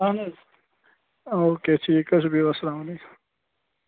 اَہَن حظ okay ٹھیٖک حظ چھُ بِہِو اَسلام علیکُم